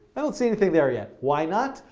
i don't see anything there yet. why not?